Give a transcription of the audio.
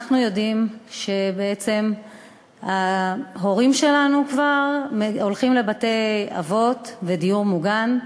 אנחנו יודעים שבעצם ההורים שלנו כבר הולכים לבתי-אבות ודיור מוגן,